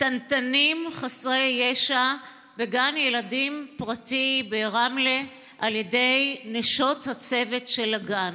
בקטנטנים חסרי ישע בגן ילדים פרטי ברמלה על ידי נשות הצוות של הגן.